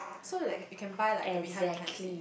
so that you can buy like the behind behind seat